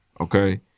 okay